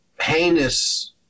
heinous